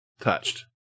touched